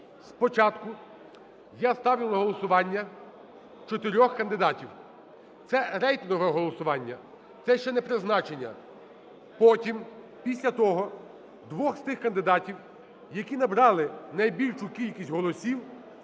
Спочатку я ставлю на голосування 4 кандидатів. Це рейтингове голосування, це ще не призначення. Потім після того двох з тих кандидатів, які набрали найбільшу кількість голосів,